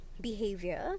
behavior